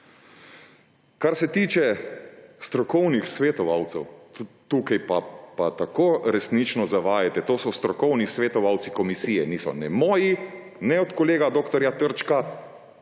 Kar se tiče strokovnih svetovalcev. Tukaj pa tako resnično zavajate, to so strokovni svetovalci komisije, niso ne moji, ne od kolega dr. Trčka,